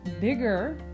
bigger